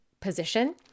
position